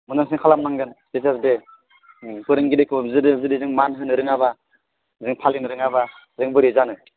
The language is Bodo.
मोजांसिन खालामनांगोन टिचार्स दे फोरोंगिरिखौ जुदि जों मान होनो रोङाबा जों फालिनो रोङाबा जों बोरै जानो